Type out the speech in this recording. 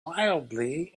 wildly